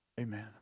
Amen